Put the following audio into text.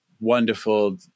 wonderful